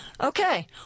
Okay